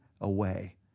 away